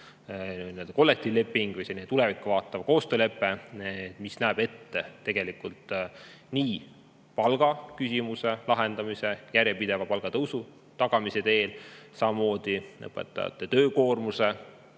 kollektiivleping või tulevikku vaatav koostöölepe, mis näeb ette palgaküsimuse lahendamise järjepideva palgatõusu tagamise teel ja samamoodi õpetajate töökoormuse